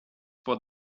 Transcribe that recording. pot